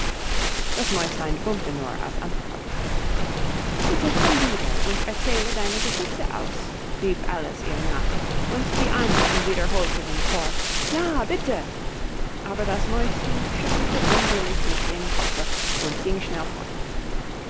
das mäuslein brummte nur als antwort bitte komm wieder und erzähle deine geschichte aus rief alice ihr nach und die andern wiederholten im chor ja bitte aber das mäuschen schüttelte unwillig mit dem kopfe und ging schnell fort